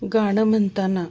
गाणं म्हणताना